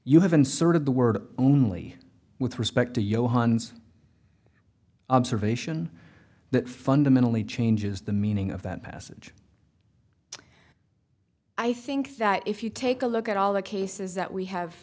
word only with respect to johan's observation that fundamentally changes the meaning of that passage i think that if you take a look at all the cases that we have